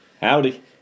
Howdy